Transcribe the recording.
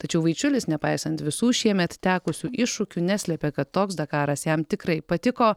tačiau vaičiulis nepaisant visų šiemet tekusių iššūkių neslėpė kad toks dakaras jam tikrai patiko